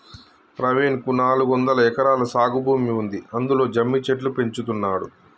ప్రవీణ్ కు నాలుగొందలు ఎకరాల సాగు భూమి ఉంది అందులో జమ్మి చెట్లు పెంచుతున్నాడు